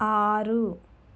ఆరు